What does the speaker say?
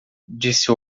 disse